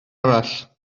arall